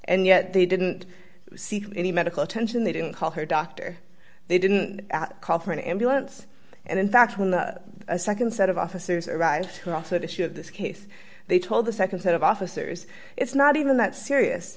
and yet they didn't see any medical attention they didn't call her doctor they didn't call for an ambulance and in fact when the nd set of officers arrived and also the issue of this case they told the nd set of officers it's not even that serious